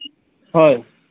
হয়